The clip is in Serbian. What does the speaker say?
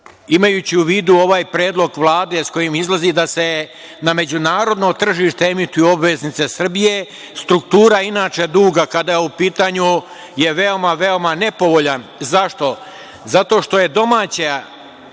imajući u vidu ovaj Predlog Vlade sa kojim izlazi, da se na međunarodno tržište emituju obveznice Srbije, struktura duga je veoma, veoma nepovoljan. Zašto? Zato što je domaće